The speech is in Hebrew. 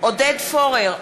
עודד פורר,